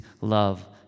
love